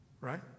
Right